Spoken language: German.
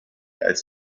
als